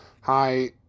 Hi